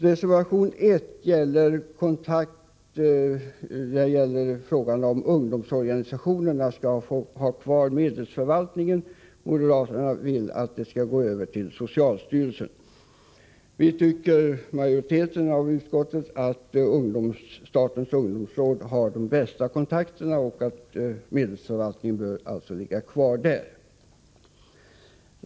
Reservation 1 gäller frågan om ungdomsorganisationerna skall få ha kvar medelsförvaltningen. Moderaterna vill att den skall föras över till socialstyrelsen. Majoriteten i utskottet tycker att statens ungdomsråd har de bästa kontakterna med ungdomsorganisationerna och att medelsförvaltningen bör ligga kvar där.